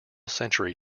century